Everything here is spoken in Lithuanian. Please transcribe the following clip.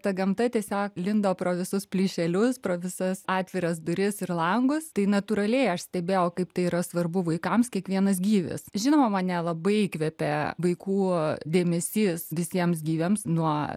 ta gamta tiesiog lindo pro visus plyšelius pro visas atviras duris ir langus tai natūraliai aš stebėjau kaip tai yra svarbu vaikams kiekvienas gyvis žinoma mane labai įkvepia vaikų dėmesys visiems gyviams nuo